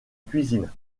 cuisine